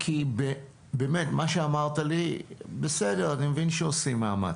מה שאמרת לי, בסדר, אני מבין שעושים מאמץ.